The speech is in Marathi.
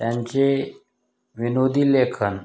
त्यांचे विनोदी लेखन